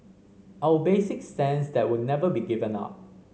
our basic stance that will never be given up